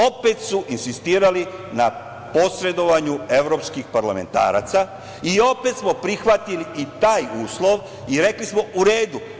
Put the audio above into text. Opet su insistirali na posredovanju evropskih parlamentaraca i opet smo prihvatili i taj uslov i rekli smo – u redu.